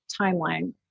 timeline